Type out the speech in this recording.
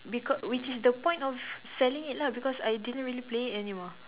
becau~ which is the point of selling it lah because I didn't really play it anymore